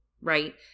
right